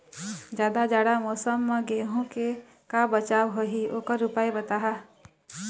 जादा जाड़ा मौसम म गेहूं के का बचाव होही ओकर उपाय बताहा?